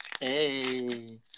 Hey